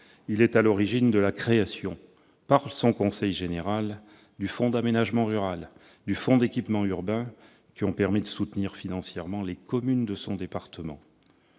il est à l'origine de la création, par son conseil général, du fonds d'aménagement rural et du fonds d'équipement urbain qui permettent de soutenir financièrement les communes du département.